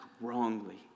wrongly